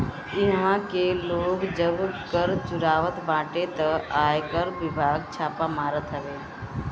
इहवा के लोग जब कर चुरावत बाटे तअ आयकर विभाग छापा मारत हवे